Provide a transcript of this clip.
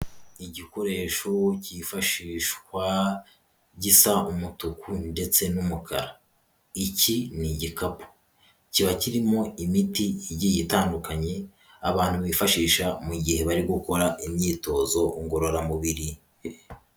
Igikoresho cyifashishwa, gisa umutuku ndetse n'umukara. Iki ni igikapu. Kiba kirimo imiti igiye itandukanye, abantu bifashisha mu gihe barimo gukora imyitozo ngororamubiri.